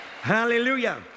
Hallelujah